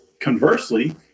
conversely